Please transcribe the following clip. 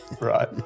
Right